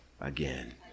again